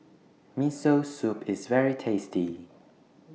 Miso Soup IS very tasty